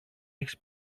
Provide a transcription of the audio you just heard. έχεις